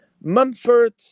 Mumford